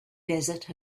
desert